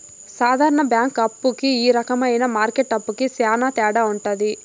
సాధారణ బ్యాంక్ అప్పు కి ఈ రకమైన మార్కెట్ అప్పుకి శ్యాన తేడా ఉంటది